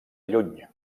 lluny